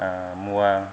मुवा